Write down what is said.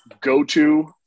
go-to